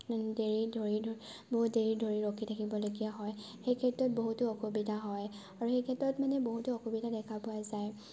দেৰি ধৰি ধৰি বহুত দেৰি ধৰি ৰখি থাকিবলগীয়া হয় সেই ক্ষেত্ৰত বহুতো অসুবিধা হয় আৰু সেইক্ষেত্ৰত মানে বহুতো অসুবিধা দেখা পোৱা যায়